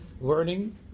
learning